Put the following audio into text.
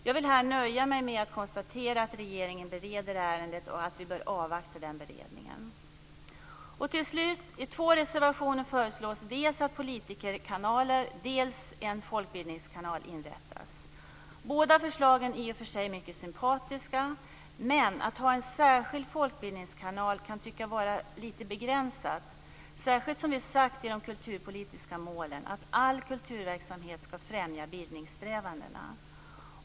Jag vill här nöja mig med att konstatera att regeringen bereder ärendet och att vi bör avvakta den beredningen. I två reservationer föreslås att dels politikerkanaler, dels en folkbildningskanal inrättas. Båda förslagen är i och för sig mycket sympatiska, men att ha en särskild folkbildningskanal kan tyckas vara litet begränsat - särskilt som vi har sagt i de kulturpolitiska målen att all kulturverksamhet skall främja bildningssträvandena.